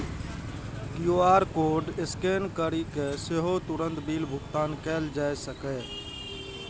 QR code scan करि कें सेहो तुरंत बिल भुगतान कैल जा सकैए